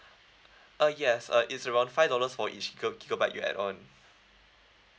uh yes uh it's around five dollars for each gi~ gigabyte you add on